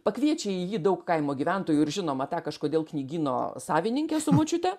pakviečia į jį daug kaimo gyventojų ir žinoma tą kažkodėl knygyno savininkę su močiute